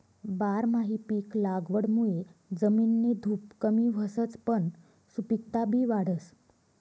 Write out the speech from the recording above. बारमाही पिक लागवडमुये जमिननी धुप कमी व्हसच पन सुपिकता बी वाढस